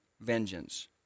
vengeance